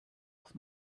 auf